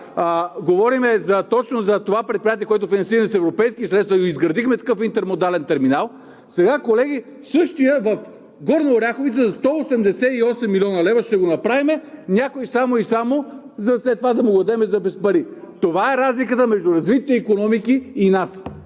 Говорим точно за това предприятие, което е финансирано с европейски средства, изградихме такъв Интермодален терминал, сега, колеги, същият в Горна Оряховица за 188 млн. лв. ще го направим, на някой само и само след това да му го дадем за без пари. Това е разликата между развитите икономики и нас.